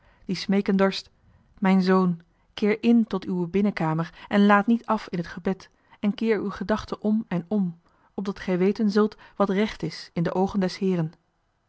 die smeeken dorst mijn zoon keer in tot uwe binnenkamer en laat niet af in het gebed en keer uw gedachten om en om opdat gij johan de meester de zonde in het deftige dorp weten zult wat recht is in de oogen des heeren